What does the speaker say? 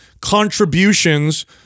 contributions